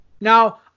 Now